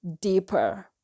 deeper